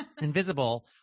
invisible